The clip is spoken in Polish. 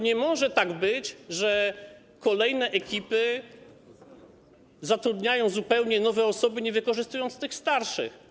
Nie może być tak, że kolejne ekipy zatrudniają zupełnie nowe osoby, nie wykorzystując starszych.